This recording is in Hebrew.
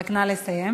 רק נא לסיים.